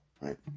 right